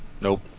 nope